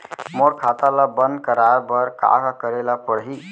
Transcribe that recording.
मोर खाता ल बन्द कराये बर का का करे ल पड़ही?